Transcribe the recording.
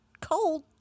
cold